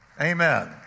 Amen